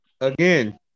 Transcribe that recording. Again